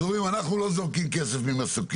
אז אומרים, אנחנו לא זורקים כסף ממסוקים.